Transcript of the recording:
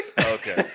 Okay